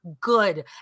good